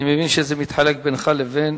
אני מבין שזה נחלק בינך לבין